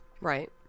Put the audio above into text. Right